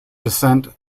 descent